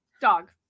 dog